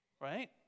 right